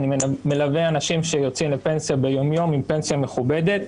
אני מלווה אנשים שיוצאים לפנסיה ביום יום עם פנסיה מכובדת,